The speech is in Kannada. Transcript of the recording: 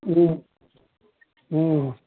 ಹ್ಞೂ ಹ್ಞೂ